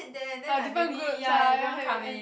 there and then like maybe ya everyone come in